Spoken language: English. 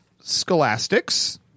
scholastics